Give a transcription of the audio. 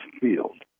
field